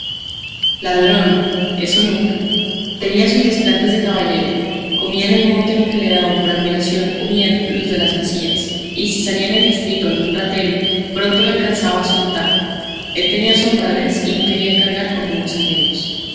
ladrón eso nunca tenía sus desplantes de caballero comía en el monte lo que le daban por admiración o miedo los de las masías y si salía en el distrito algún ratero pronto le alcanzaba su retaco él tenía su honradez y no quería cargar con robos ajenos